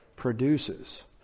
Produces